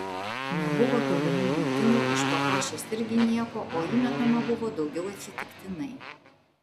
nebuvo tolimų metimų iš po kašės irgi nieko o įmetama buvo daugiau atsitiktinai